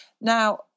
Now